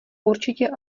určitě